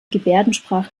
gebärdensprache